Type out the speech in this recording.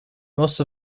most